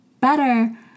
better